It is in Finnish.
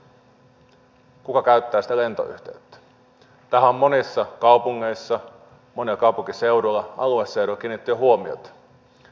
edustaja tuomioja esitti sosialidemokraattien ryhmäpuheenvuorossa useita huomiota millä tavoin lainvalmistelua voitaisiin parantaa